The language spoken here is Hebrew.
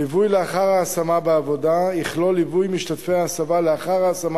ליווי לאחר ההשמה בעבודה יכלול ליווי משתתפי ההסבה לאחר ההשמה